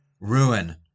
ruin